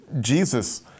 Jesus